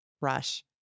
Rush